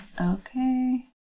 Okay